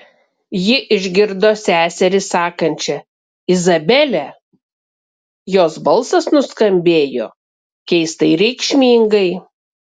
ji išgirdo seserį sakančią izabele jos balsas nuskambėjo keistai reikšmingai